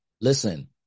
listen